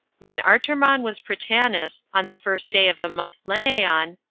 when artermon was prytanis, on the first day of the month leneon,